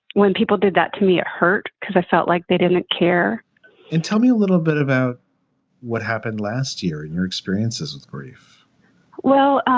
when people did that to me, it hurt because i felt like they didn't care and tell me a little bit about what happened last your your experiences with grief well,